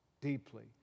deeply